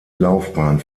laufbahn